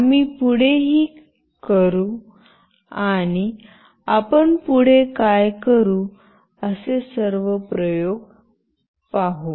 आम्ही पुढेही करू आणि आपण पुढे काय करू असे सर्व प्रयोग पाहू